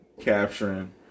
capturing